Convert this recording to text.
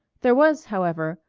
there was, however,